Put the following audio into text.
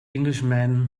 englishman